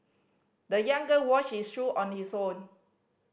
the young girl washed his shoe on his own